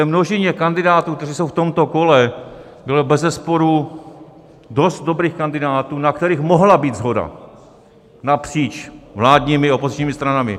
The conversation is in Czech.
V té množině kandidátů, kteří jsou v tomto kole, bylo bezesporu dost dobrých kandidátů, na kterých mohla být shoda napříč vládními opozičními stranami.